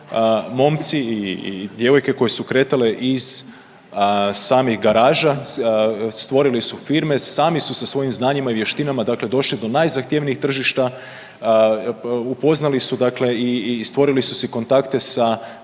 momci i djevojke koje su kretali iz samih garaža, stvorili su firme, sami su sa svojim znanjima i vještinama dakle došli do najzahtjevnijih tržišta, upoznali su dakle i stvorili su si kontakte sa